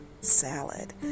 salad